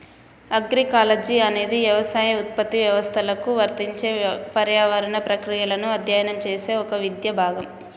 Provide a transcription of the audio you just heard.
agroecology అనేది యవసాయ ఉత్పత్తి వ్యవస్థలకు వర్తించే పర్యావరణ ప్రక్రియలను అధ్యయనం చేసే ఒక విద్యా భాగం